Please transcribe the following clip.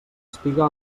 estiga